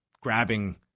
grabbing